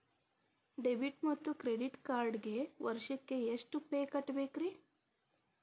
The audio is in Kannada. ಡೆಬಿಟ್ ಮತ್ತು ಕ್ರೆಡಿಟ್ ಕಾರ್ಡ್ಗೆ ವರ್ಷಕ್ಕ ಎಷ್ಟ ಫೇ ಕಟ್ಟಬೇಕ್ರಿ?